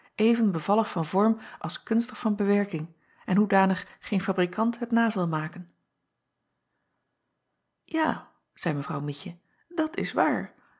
even bevallig van vorm als kunstig van bewerking en hoedanig geen fabrikant het na zal maken a zeî w ietje dat is waar